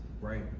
right